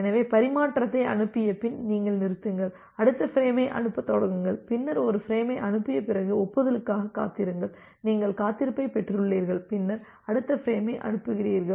எனவே பரிமாற்றத்தை அனுப்பிய பின் நீங்கள் நிறுத்துங்கள் அடுத்த ஃபிரேமை அனுப்பத் தொடங்குங்கள் பின்னர் ஒரு ஃபிரேமை அனுப்பிய பிறகு ஒப்புதலுக்காக காத்திருங்கள் நீங்கள் காத்திருப்பைப் பெற்றுள்ளீர்கள் பின்னர் அடுத்த ஃபிரேமை அனுப்புகிறீர்கள்